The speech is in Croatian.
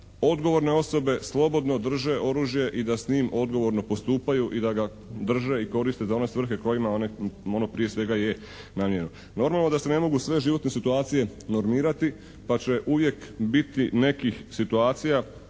da odgovorne osobe slobodno drže oružje i da s njim odgovorno postupaju i da ga drže i koriste za one svrhe kojima ono prije svega je namijenjeno. Normalno da se ne mogu sve životne situacije normirati pa će uvijek biti nekih situacija